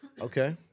Okay